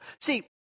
See